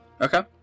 Okay